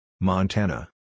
Montana